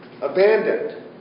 abandoned